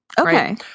Okay